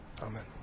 Amen